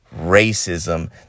racism